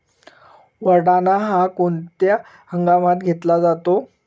वाटाणा हा कोणत्या हंगामात घेतला जातो?